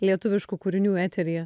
lietuviškų kūrinių eteryje